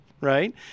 right